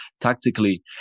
tactically